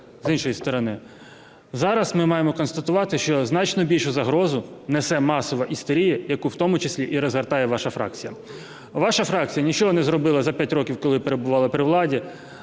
з іншої сторони, зараз ми маємо констатувати, що значно більшу загрозу несе масова істерія, яку в тому числі і розгортає ваша фракція. Ваша фракція нічого не зробила за п'ять років, коли перебувала при владі: